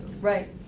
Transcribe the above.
Right